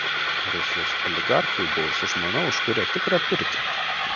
rusijos oligarchui buvusi žmona užkūrė tikrą pirtį